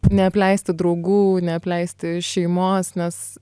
neapleisti draugų neapleisti šeimos nes